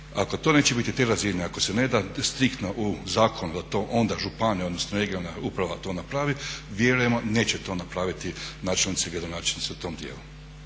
Ako to neće biti te razine, ako se ne da striktno u zakon da to onda županija, odnosno regionalna uprava to napravi vjerujemo neće to napraviti načelnici i gradonačelnici u tom dijelu.